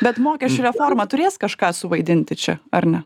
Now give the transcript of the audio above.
bet mokesčių reforma turės kažką suvaidinti čia ar ne